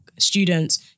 students